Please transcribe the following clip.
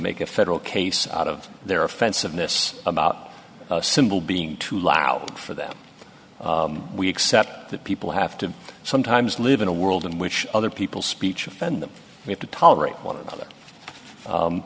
make a federal case out of their offensiveness about a symbol being too loud for them we accept that people have to sometimes live in a world in which other people speech offend them we have to tolerate one another